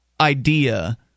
idea